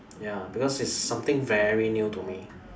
ya because its something very new to me